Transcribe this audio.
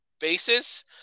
basis